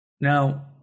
Now